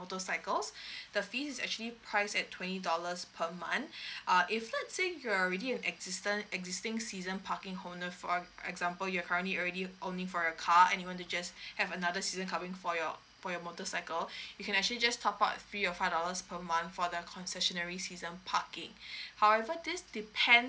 motorcycles the fees is actually priced at twenty dollars per month uh if let's say you are already an existent existing season parking owner for e~ example you're currently already owning for a car and you want to just have another season covering for your for your motorcycle you can actually just top up three or five dollars per month for the concessionary season parking however this depends